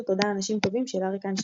"תודה אנשים טובים" של אריק איינשטיין.